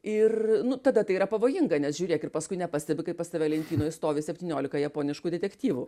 ir nu tada tai yra pavojinga nes žiūrėk ir paskui nepastebi kaip pas tave lentynoj stovi septyniolika japoniškų detektyvų